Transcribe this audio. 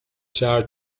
شرط